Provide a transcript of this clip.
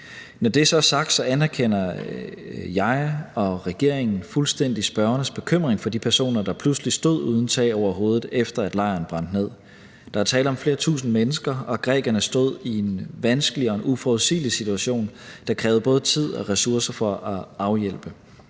Når det så er sagt, anerkender jeg og regeringen fuldstændig spørgernes bekymring for de personer, der pludselig stod uden tag over hovedet, efter at lejren brændte ned. Der er tale om flere tusind mennesker, og grækerne stod i en vanskelig og uforudsigelig situation, der krævede både tid og ressourcer at afhjælpe.